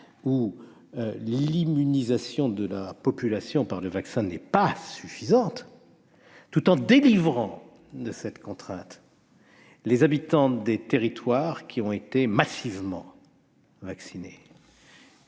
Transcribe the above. où l'immunisation de la population par le vaccin n'est pas suffisante, tout en délivrant de cette contrainte les habitants des territoires qui ont été massivement vaccinés.